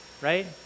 right